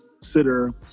consider